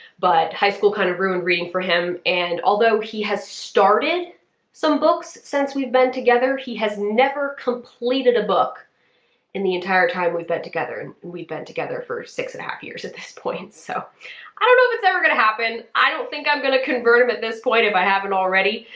but high school kind of ruined reading for him and although he has started some books since we've been together, he has never completed a book in the entire time we've been together and we've been together for six and a half years at this point, so i don't know if it's ever gonna happen. i don't think i'm gonna convert him at this point if i haven't already.